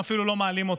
הם אפילו לא מעלים אותו,